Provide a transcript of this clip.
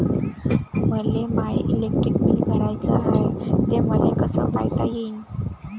मले माय electric bill भराचं हाय, ते मले कस पायता येईन?